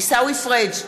עיסאווי פריג'